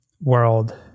world